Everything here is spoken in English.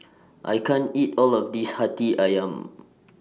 I can't eat All of This Hati Ayam